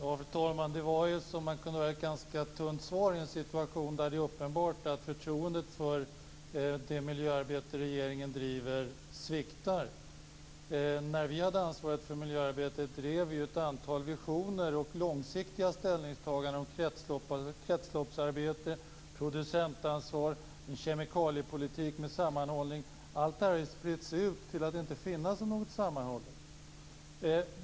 Fru talman! Det var ett ganska tunt svar i en situation där det är uppenbart att förtroendet för det miljöarbete som regeringen driver sviktar. När vi hade ansvaret för miljöarbetet hade vi ju ett antal visioner och gjorde en del långsiktiga ställningstaganden när det gäller kretsloppsarbete, producentansvar, en sammanhållen kemikaliepolitik osv. Allt detta har nu spritts ut. Det finns inte längre någon sammanhållning.